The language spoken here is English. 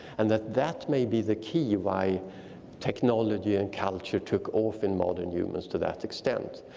and that that may be the key why technology and culture took off in modern humans to that extent.